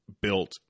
built